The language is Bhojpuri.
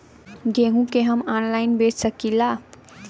गेहूँ के हम ऑनलाइन बेंच सकी ला?